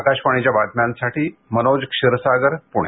आकाशवाणीच्या बातम्यांसाठी मनोज क्षीरसागर पुणे